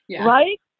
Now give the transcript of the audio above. Right